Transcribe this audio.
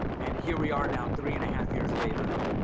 and here we are now three and a half years later,